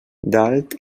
dalt